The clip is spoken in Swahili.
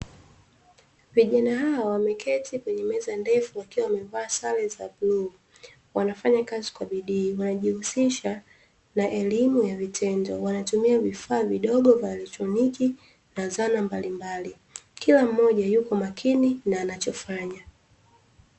Vijana hawa wameketi kwenye meza ndefu wakiwa wamevaa sare za bluu, wanafanyakazi kwa bidii wanajihusisha na elimu ya vitendo, wanatumia vifaa vidogo vya elektroniki na dhana mbalimbali, kila mmoja yuko makini na anachofanya.